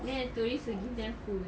then the tourists will give them food